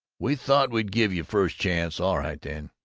we thought we'd give you first chance. all right then